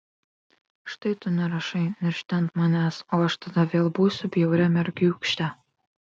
štai tu nerašai niršti ant manęs o aš tada vėl būsiu bjauria mergiūkšte